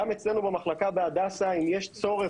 גם אצלנו במחלקה בהדסה אם יש צורך